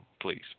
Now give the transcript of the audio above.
please